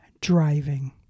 driving